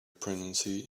pregnancy